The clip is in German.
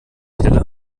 keller